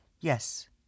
Yes